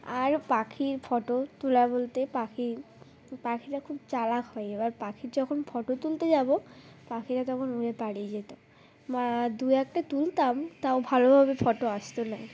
আর পাখির ফটো তোলা বলতে পাখি পাখিরা খুব চালাক হয় এবার পাখির যখন ফটো তুলতে যাব পাখিটা তখন উড়ে পালিয়ে যেত বা দু একটা তুলতাম তাও ভালোভাবে ফটো আসত না